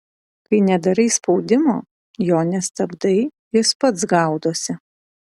kai nedarai spaudimo jo nestabdai jis pats gaudosi